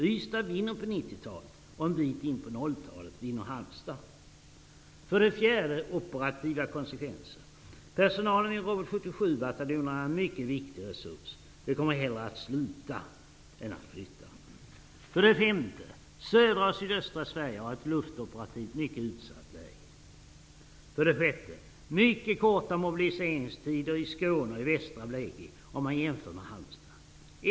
Ystad vinner på 1990-talet, och en bit in på 2000-talet vinner Halmstad. För det fjärde: Operativa konsekvenser. Personalen vid Robot 77-bataljoner är en mycket viktig resurs. Den kommer hellre att sluta än att flytta. För det femte: Södra och sydöstra Sverige har ett luftoperativt mycket utsatt läge. För det sjätte: Man har mycket korta mobiliseringstider i Skåne och västra Blekinge om man jämför med Halmstad.